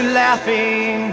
laughing